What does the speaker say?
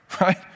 right